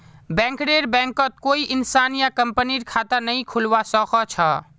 बैंकरेर बैंकत कोई इंसान या कंपनीर खता नइ खुलवा स ख छ